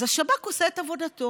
אז השב"כ עושה את עבודתו,